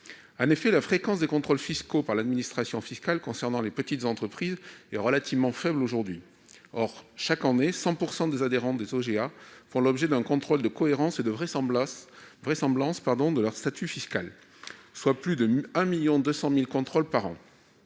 induits. La fréquence des contrôles fiscaux par l'administration fiscale concernant les petites entreprises est relativement faible aujourd'hui. Or, chaque année, 100 % des adhérents des OGA font l'objet d'un contrôle de cohérence et de vraisemblance de leur résultat fiscal, soit plus de 1,2 million de contrôles par an.